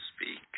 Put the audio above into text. speak